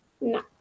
No